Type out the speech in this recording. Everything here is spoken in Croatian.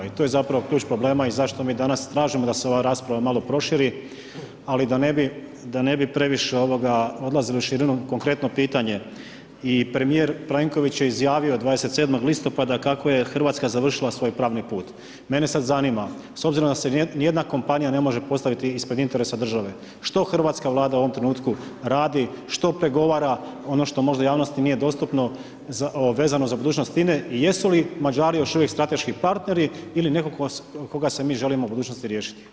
I to je zapravo ključ problema i zašto mi danas tražimo da se ova rasprava malo proširi, ali da ne bi, da ne bi previše ovoga odlazili u širinu, konkretno pitanje i premijer Plenković je izjavio 27. listopada kako je Hrvatska završila svoj pravni put, mene sad zanima s obzirom da se ni jedna kompanija ne može postaviti ispred interesa države, što Hrvatska Vlada u ovom trenutku radi, što pregovara ono što možda javnosti nije dostupno vezano za budućnost INE i jesu li Mađari još uvijek strateški partneri ili neko koga se mi želimo u budućnosti riješiti.